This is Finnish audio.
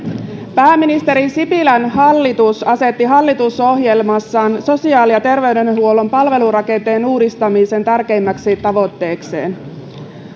pääministeri sipilän hallitus asetti hallitusohjelmassaan sosiaali ja terveydenhuollon palvelurakenteen uudistamisen tärkeimmäksi tavoitteekseen